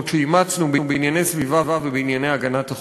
שאימצנו בענייני סביבה ובענייני הגנת החופים,